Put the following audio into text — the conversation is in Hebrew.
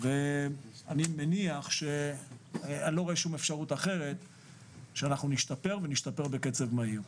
אני לא רואה שום אפשרות אחרת שנשתפר ונשתפר בקצב מהיר.